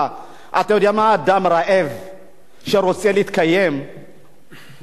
שרוצה להתקיים לא מעניין אותו שום דבר, הוא יגנוב,